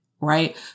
right